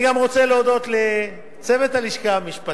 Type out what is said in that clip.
אני גם רוצה להודות לצוות הלשכה המשפטית,